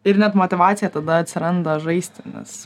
ir net motyvacija tada atsiranda žaisti nes